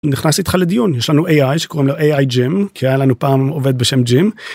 נכנס איתך לדיון יש לנו אי איי שקוראים לו אי איי ג'ים כי היה לנו פעם עובד בשם ג'ים.